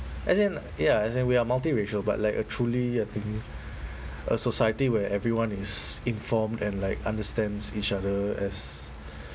as in ya as in we are multiracial but like a truly I think a society where everyone is informed and like understands each other as